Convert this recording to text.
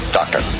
doctor